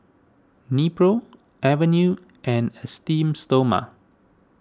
Nepro Avene and Esteem Stoma